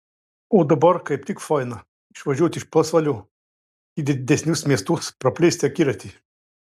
o dabar kaip tik faina išvažiuoti iš pasvalio į didesnius miestus praplėsti akiratį